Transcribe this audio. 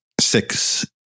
six